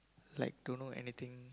like don't know anything